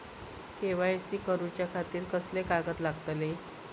KYC करूच्या खातिर कसले कागद लागतले?